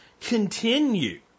continue